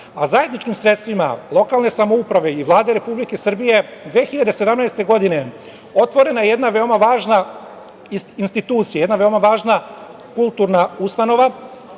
a zajedničkim sredstvima lokalne samouprave i Vlade Republike Srbije 2017. godine otvorena je jedna veoma važna institucija, jedna veoma važna kulturna ustanova